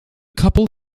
couple